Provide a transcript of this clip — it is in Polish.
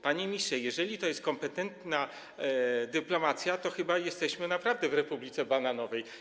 Panie ministrze, jeżeli to jest kompetentna dyplomacja, to chyba jesteśmy naprawdę w republice bananowej.